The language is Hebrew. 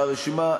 והרשימה,